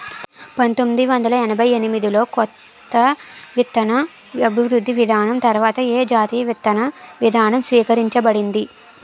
పంతోమ్మిది వందల ఎనభై ఎనిమిది లో కొత్త విత్తన అభివృద్ధి విధానం తర్వాత ఏ జాతీయ విత్తన విధానం స్వీకరించబడింది?